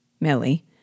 Millie